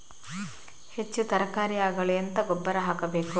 ಹೆಚ್ಚು ತರಕಾರಿ ಆಗಲು ಎಂತ ಗೊಬ್ಬರ ಹಾಕಬೇಕು?